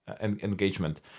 engagement